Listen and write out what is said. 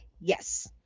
Yes